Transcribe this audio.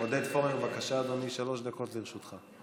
עודד פורר, בבקשה, אדוני, שלוש דקות לרשותך.